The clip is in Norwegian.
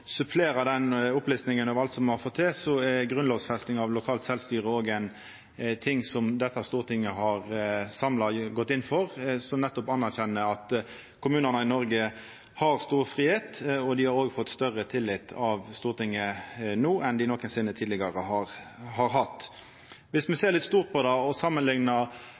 den opplistinga av alt me har fått til, er grunnlovfesting av lokalt sjølvstyre òg ein ting som dette Stortinget samla har gått inn for, og som nettopp anerkjenner at kommunane i Noreg har stor fridom, og dei har fått større tillit av Stortinget no enn dei nokosinne tidlegare har hatt. Om me ser litt stort på det og